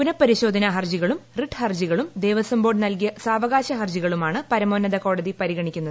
പുനപരിശോധനാ ഹർജികളും റിട്ട് ഹർജികളും ദ്ദ്വേസം ബോർഡ് നൽകിയ സാവകാശ ഹർജികളുമാണ് പരമോന്നും കോടതി പരിഗണിക്കുന്നത്